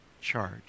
charge